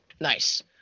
Nice